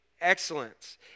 excellence